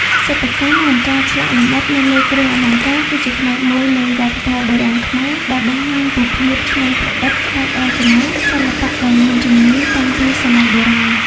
សិប្បកម្ម និងការឆ្លាក់លម្អិតនៅលើគ្រឿងអលង្ការគឺជាផ្នែកមួយនៃវប្បធម៌បុរាណខ្មែរដែលបង្ហាញពីភាពច្នៃប្រឌិត ក្បាច់រចនា សិល្បៈដ៏មានជំនាញតាំងពីសម័យបុរាណ។